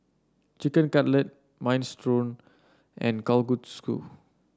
Chicken Cutlet Minestrone and Kalguksu